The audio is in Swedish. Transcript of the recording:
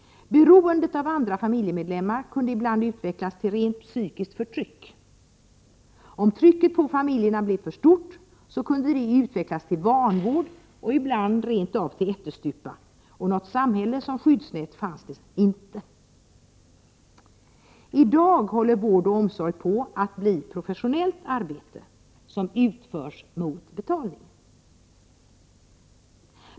Beroendet av andra familjemedlemmar kunde ibland utvecklas till rent psykiskt förtryck. Om trycket på familjerna blev för stort kunde det utvecklas till vanvård och ibland rent av till ättestupa, och något samhälle som skyddsnät fanns det inte. I dag håller vård och omsorg på att bli professionellt arbete, som utförs mot betalning.